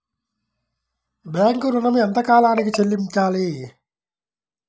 Bank ఋణం ఎంత కాలానికి చెల్లింపాలి?